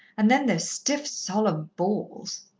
and then those stiff, solemn balls!